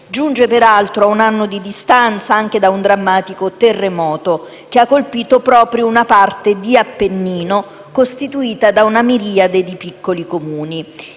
giunge, peraltro, a un anno di distanza da un drammatico terremoto che ha colpito proprio una parte di Appennino costituita da una miriade di piccoli Comuni.